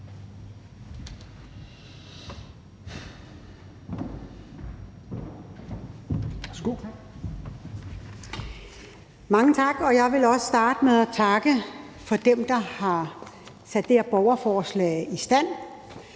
Mange tak. Jeg vil også starte med at takke dem, der har fået det her borgerforslag i stand.